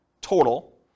total